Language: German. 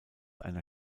einer